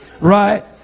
right